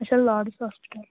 اچھا ladies hospital